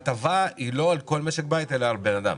ההטבה היא לא על כל משק בית אלא על בן אדם.